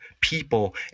people